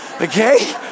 Okay